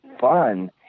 fun